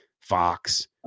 Fox